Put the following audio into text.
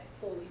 fully